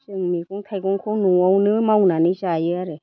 जों मैगं थाइगंखौ न'आवनो मावनानै जायो आरो